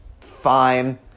fine